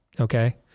Okay